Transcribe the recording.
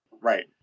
right